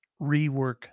rework